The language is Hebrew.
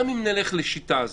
גם אם נלך לשיטה הזו,